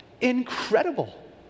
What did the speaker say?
incredible